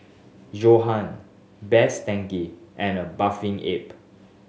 Johan Best Denki and A Bathing Ape